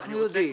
אנחנו יודעים.